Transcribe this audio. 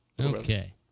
Okay